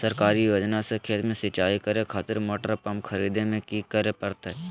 सरकारी योजना से खेत में सिंचाई करे खातिर मोटर पंप खरीदे में की करे परतय?